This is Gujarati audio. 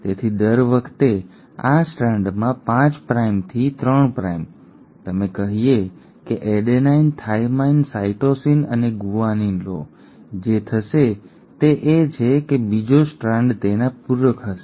તેથી દર વખતે આ સ્ટ્રાન્ડમાં 5 પ્રાઇમથી 3 પ્રાઇમ તમે કહીએ કે એડેનાઇન થાઇમાઇન સાઇટોસિન અને ગુઆનિન લો જે થશે તે એ છે કે બીજો સ્ટ્રાન્ડ તેના પૂરક હશે